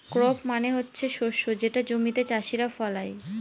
crop মানে হচ্ছে শস্য যেটা জমিতে চাষীরা ফলায়